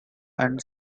and